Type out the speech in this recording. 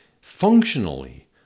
functionally